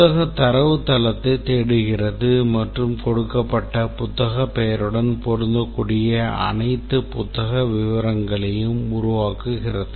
புத்தக தரவுத்தளத்தைத் தேடுகிறது மற்றும் கொடுக்கப்பட்ட புத்தகப் பெயருடன் பொருந்தக்கூடிய அனைத்து புத்தக விவரங்களையும் உருவாக்குகிறது